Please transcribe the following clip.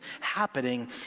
happening